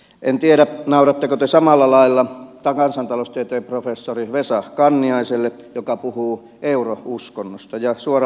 en tiedä nauratteko te samalla lailla kansantaloustieteen professori vesa kanniaiselle joka puhuu eurouskonnosta